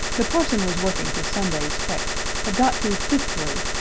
the parson was working his sunday's text had got to fifthly,